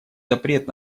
запрет